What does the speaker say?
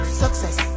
success